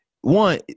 one